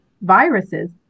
viruses